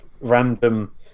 random